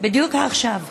בדיוק עכשיו,